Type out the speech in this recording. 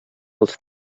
els